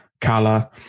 color